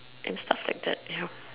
and stuff like that ya